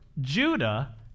Judah